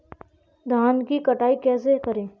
धान की कटाई कैसे करें?